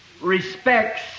respects